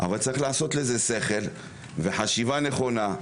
אבל צריך לעשות לזה שכל וחשיבה נכונה,